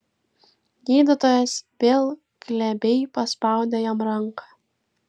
gydytojas vėl glebiai paspaudė jam ranką